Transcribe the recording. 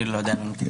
אני לא יודע לענות.